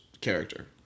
character